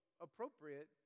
appropriate